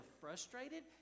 frustrated